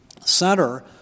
center